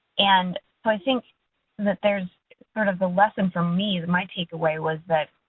and so think and that there's sort of. the lesson for me as my takeaway was that